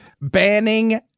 banning